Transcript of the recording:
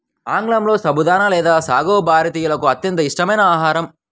ఆంగ్లంలో సబుదానా లేదా సాగో భారతీయులకు అత్యంత ఇష్టమైన ఆహారం